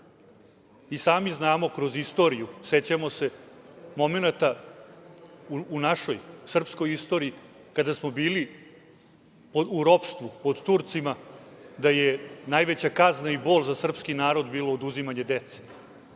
I sami znamo kroz istoriju, sećamo se momenata u našoj srpskoj istoriji kada smo bili u ropstvu pod Turcima, da je najveća kazna i bol za srpski narod bilo oduzimanje dece. Mi